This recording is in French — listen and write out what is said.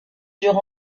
durent